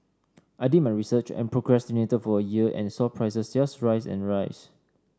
I did my research and procrastinated for a year and saw prices just rise and rise